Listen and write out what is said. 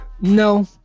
no